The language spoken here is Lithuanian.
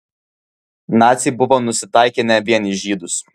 naciai buvo nusitaikę ne vien į žydus